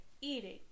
eating